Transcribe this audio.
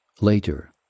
Later